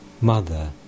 Mother